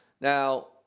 Now